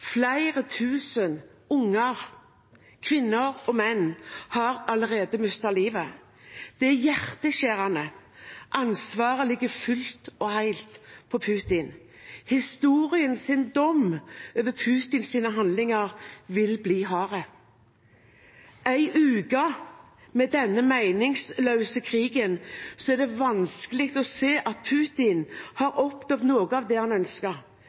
Flere tusen barn, kvinner og menn har allerede mistet livet. Det er hjerteskjærende! Ansvaret ligger fullt og helt hos Putin. Historiens dom over Putins handlinger vil bli hard. Etter en uke med denne meningsløse krigen er det vanskelig å se at Putin har oppnådd noe av det han ønsker.